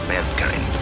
Mankind